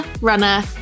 runner